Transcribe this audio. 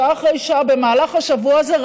שעה אחרי שעה במהלך השבוע הזה,